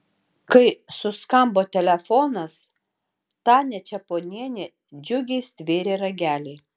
kai suskambo telefonas tania čeponienė džiugiai stvėrė ragelį